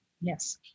Yes